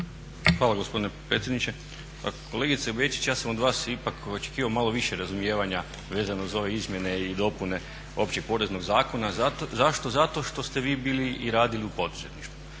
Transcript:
Hvala gospodine predsjedniče. Pa kolegice Bečić, ja sam od vas ipak očekivao malo više razumijevanja vezano za ove izmjene i dopune OPZ, zašto? Zato što ste svi bili i radili u poduzetništvu.